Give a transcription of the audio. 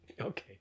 Okay